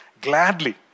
gladly